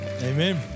Amen